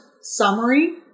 summary